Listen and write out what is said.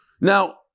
Now